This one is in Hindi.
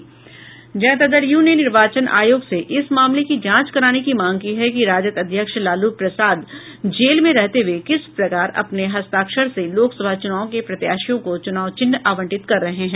जनता दल यू ने निर्वाचन आयोग से इस मामले की जांच कराने की मांग की है कि राजद अध्यक्ष लालू प्रसाद जेल में रहते हुए किस प्रकार अपने हस्ताक्षर से लोकसभा चुनाव के प्रत्याशियों को चुनाव चिन्ह आवंटित कर रहे हैं